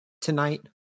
tonight